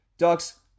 Ducks